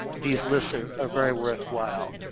these lists are are very worthwhile.